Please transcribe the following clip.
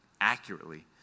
accurately